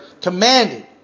Commanded